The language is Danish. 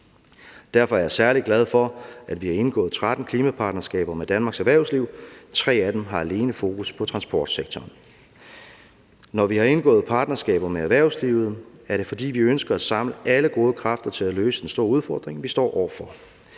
Derfor er jeg særlig glad for, at vi har indgået 13 klimapartnerskaber med Danmarks erhvervsliv; tre af dem har alene fokus på transportsektoren. Når vi har indgået partnerskaber med erhvervslivet, er det, fordi vi ønsker at samle alle gode kræfter til at løse den store udfordring, vi står over for.